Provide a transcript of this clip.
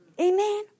Amen